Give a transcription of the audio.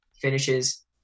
finishes